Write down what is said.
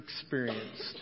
experienced